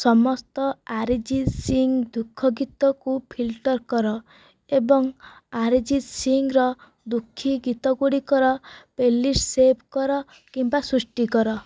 ସମସ୍ତ ଆରିଜିତ୍ ସିଙ୍ଗ୍ ଦୁଃଖ ଗୀତକୁ ଫିଲ୍ଟର୍ କର ଏବଂ ଆରିଜିତ୍ ସିଙ୍ଗର ଦୁଃଖୀ ଗୀତଗୁଡ଼ିକର ପ୍ଲେଲିଷ୍ଟ୍ ସେଭ୍ କର କିମ୍ବା ସୃଷ୍ଟି କର